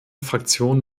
fraktion